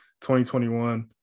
2021